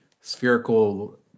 spherical